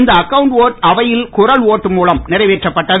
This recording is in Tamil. இந்த அக்கவுண்ட் ஓட்டு அவையில் குரல் ஓட்டு மூலம் நிறைவேற்றப்பட்டது